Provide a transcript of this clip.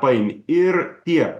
paimi ir tiek